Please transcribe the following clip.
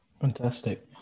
Fantastic